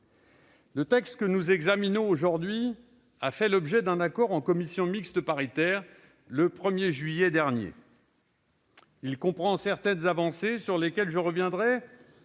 le texte que nous examinons aujourd'hui a fait l'objet d'un accord en commission mixte paritaire le 1 juillet dernier. Il comprend certaines avancées sur lesquelles je reviendrai,